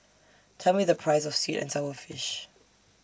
Tell Me The Price of Sweet and Sour Fish